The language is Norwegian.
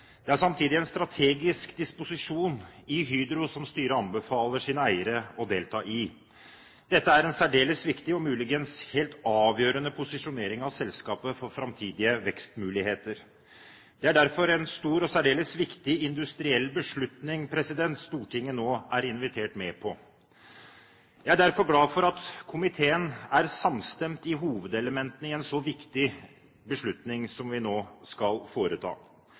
Det er samtidig en strategisk disposisjon i Hydro som styret anbefaler sine eiere å delta i. Dette er en særdeles viktig og muligens helt avgjørende posisjonering av selskapet for framtidige vekstmuligheter. Det er derfor en stor og særdeles viktig industriell beslutning Stortinget nå er invitert med på. Jeg er derfor glad for at komiteen er samstemt i hovedelementene i en så viktig beslutning som vi nå skal foreta.